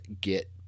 get